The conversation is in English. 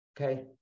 Okay